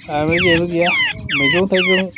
गामियाव जेबो गैया मैगं थाइगं